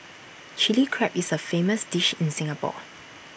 Chilli Crab is A famous dish in Singapore